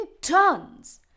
tons